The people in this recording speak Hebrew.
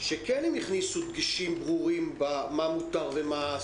הם הכניסו דגשים ברורים מה מותר ומה אסור.